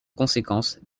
conséquence